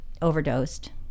Overdosed